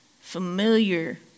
familiar